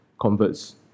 converts